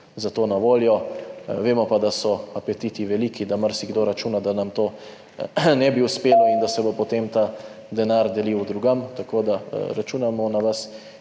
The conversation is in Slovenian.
za to na voljo. Vemo pa, da so apetiti veliki, da marsikdo računa, da nam to ne bi uspelo in da se bo potem ta denar delil drugam. Tako da računamo na vas